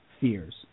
fears